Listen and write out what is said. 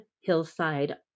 hillside